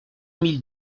mille